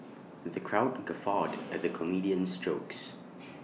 the crowd guffawed at the comedian's jokes